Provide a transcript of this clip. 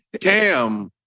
Cam